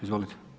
Izvolite.